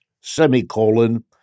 semicolon